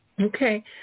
okay